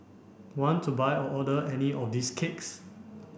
want to buy or order any of these cakes